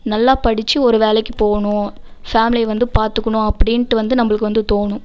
நல்லா படிச்சு ஒரு வேலைக்கு போகணும் ஃபேம்லியை வந்து பார்த்துக்குணும் அப்படின்ட்டு வந்து நம்பளுக்கு வந்து தோணும்